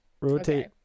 rotate